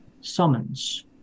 summons